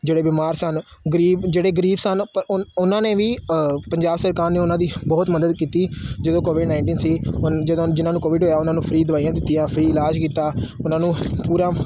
ਜਿਹੜੇ ਬਿਮਾਰ ਸਨ ਗਰੀਬ ਜਿਹੜੇ ਗਰੀਬ ਸਨ ਪਰ ਉਨ ਉਹਨਾਂ ਨੇ ਵੀ ਪੰਜਾਬ ਸਰਕਾਰ ਨੇ ਉਹਨਾਂ ਦੀ ਬਹੁਤ ਮਦਦ ਕੀਤੀ ਜਦੋਂ ਕੋਵਿਡ ਨਾਈਨਟੀਨ ਸੀ ਉਨ ਜਦੋਂ ਜਿਨ੍ਹਾਂ ਨੂੰ ਕੋਵਿਡ ਹੋਇਆ ਉਹਨਾਂ ਨੂੰ ਫਰੀ ਦਵਾਈਆਂ ਦਿੱਤੀਆਂ ਫਰੀ ਇਲਾਜ ਕੀਤਾ ਉਹਨਾਂ ਨੂੰ ਪੂਰਾ